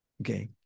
okay